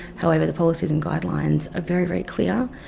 however the policies and guidelines are very, very clear.